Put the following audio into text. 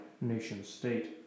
nation-state